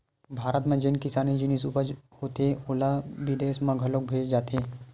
भारत म जेन किसानी जिनिस उपज होथे ओला बिदेस म घलोक भेजे जाथे